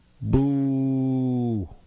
Boo